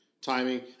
timing